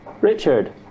Richard